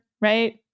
right